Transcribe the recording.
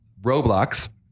roblox